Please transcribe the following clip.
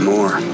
More